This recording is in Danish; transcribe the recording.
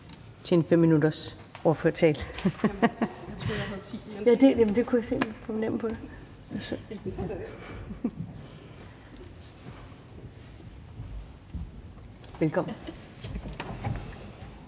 til en 5-minuttersordførertale. Velkommen.